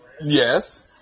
Yes